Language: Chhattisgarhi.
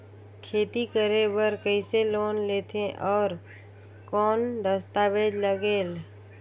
खेती करे बर कइसे लोन लेथे और कौन दस्तावेज लगेल?